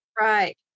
Right